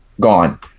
gone